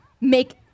Make